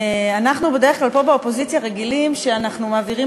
אנחנו בדרך כלל פה באופוזיציה רגילים שאנחנו מעבירים